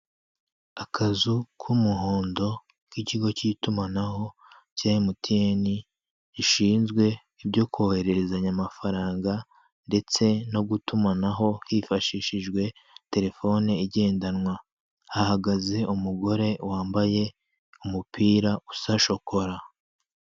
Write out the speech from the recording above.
Akazu k'umuhondo k'ikigo cy'itumanaho cya MTN gishinzwe ibyo kohererezanya amafaranga, ndetse no gutumanaho hifashishijwe telefone igendanwa, hahagaze umugore wambaye umupira usa shokora.